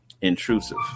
intrusive